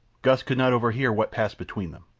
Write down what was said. gust could not overhear what passed between them.